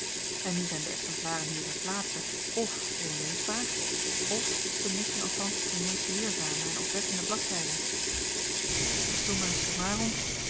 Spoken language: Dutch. en nu zijn de exemplaren hier ter plaatse f onleesbaar f zij missen althans de meest leerzame en opwekkende bladzijden